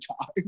time